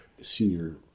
senior